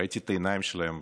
ראיתי את העיניים שלהם,